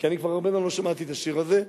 כי אני כבר הרבה זמן לא שמעתי את השיר הזה,